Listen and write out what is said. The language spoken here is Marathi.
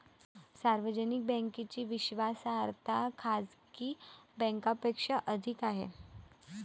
सार्वजनिक बँकेची विश्वासार्हता खाजगी बँकांपेक्षा अधिक आहे